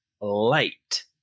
light